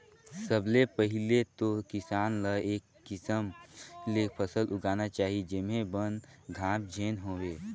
सबले पहिले तो किसान ल ए किसम ले फसल लगाना चाही जेम्हे बन, घास झेन होवे